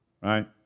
Right